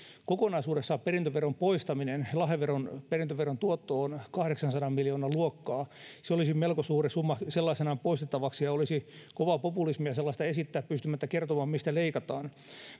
kokonaisuudessaan perintöveron poistamisesta lahjaveron ja perintöveron tuotto on kahdeksansadan miljoonan luokkaa se olisi melko suuri summa sellaisenaan poistettavaksi ja olisi kovaa populismia sellaista esittää pystymättä kertomaan mistä leikataan